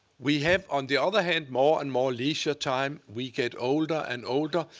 we have, on the other hand, more and more leisure time. we get older and older.